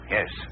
Yes